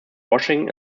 washing